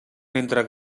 mentre